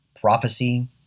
prophecy